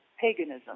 paganism